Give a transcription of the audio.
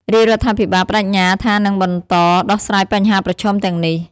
រាជរដ្ឋាភិបាលប្តេជ្ញាថានឹងបន្តដោះស្រាយបញ្ហាប្រឈមទាំងនេះ។